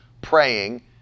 praying